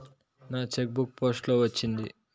నా cheque book post లో వచ్చింది